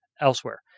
elsewhere